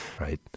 right